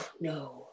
No